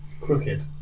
Crooked